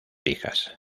hijas